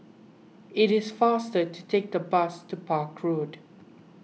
it is faster to take the bus to Park Road